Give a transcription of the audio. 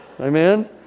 Amen